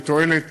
היא לתועלת